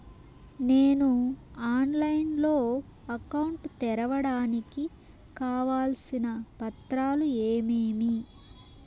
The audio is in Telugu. నేను ఆన్లైన్ లో అకౌంట్ తెరవడానికి కావాల్సిన పత్రాలు ఏమేమి?